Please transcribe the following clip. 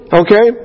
okay